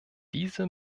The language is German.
diese